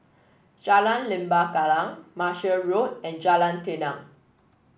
Jalan Lembah Kallang Martia Road and Jalan Tenang